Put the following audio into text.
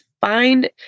find